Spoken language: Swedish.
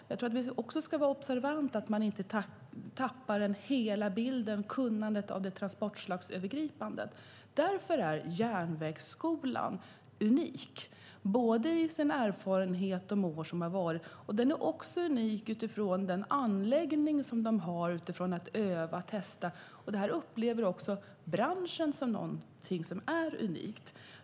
Vi ska också vara observanta att man inte tappar hela bilden och kunnandet i fråga om det transportslagsövergripande. Därför är Järnvägsskolan unik med sin samlade erfarenhet från alla år. Den är också unik med tanke på den anläggning som finns för övning och test. Det anser också branschen är unikt.